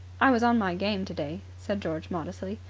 i was on my game today, said george modestly.